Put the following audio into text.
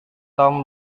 tom